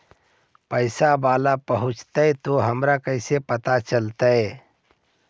पैसा बाला पहूंचतै तौ हमरा कैसे पता चलतै?